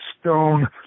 stone